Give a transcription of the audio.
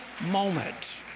moment